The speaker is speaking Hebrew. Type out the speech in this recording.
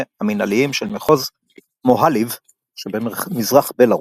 מנהליים של מחוז מוהילב שבמזרח בלארוס.